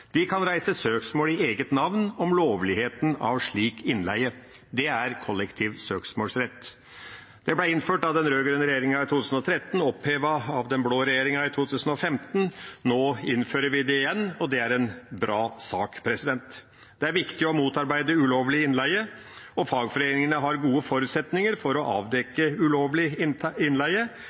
kan reise søksmål i eget navn om lovligheten av slik innleie. Det er kollektiv søksmålsrett. Det ble innført av den rød-grønne regjeringen i 2013 og opphevet av den blå regjeringen i 2015. Nå innfører vi det igjen, og det er en bra sak. Det er viktig å motarbeide ulovlig innleie, og fagforeningene har gode forutsetninger for å avdekke ulovlig innleie.